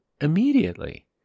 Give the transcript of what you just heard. immediately